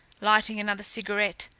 lighting another cigarette,